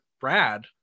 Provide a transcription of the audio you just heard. Brad